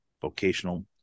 Vocational